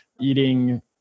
eating